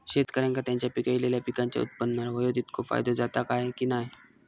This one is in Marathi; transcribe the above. शेतकऱ्यांका त्यांचा पिकयलेल्या पीकांच्या उत्पन्नार होयो तितको फायदो जाता काय की नाय?